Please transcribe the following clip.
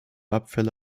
abfälle